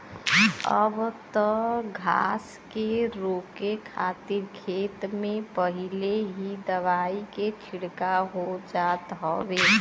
अब त घास के रोके खातिर खेत में पहिले ही दवाई के छिड़काव हो जात हउवे